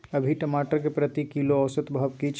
अभी टमाटर के प्रति किलो औसत भाव की छै?